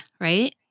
right